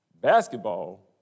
basketball